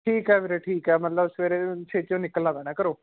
ਠੀਕ ਹੈ ਵੀਰੇ ਠੀਕ ਹੈ ਮਤਲਬ ਸਵੇਰੇ ਛੇਤੀ ਓ ਨਿਕਲਣਾ ਪੈਣਾ ਘਰੋਂ